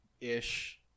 ish